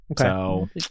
Okay